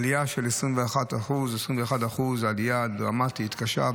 עלייה של 21% זו עלייה דרמטית וקשה.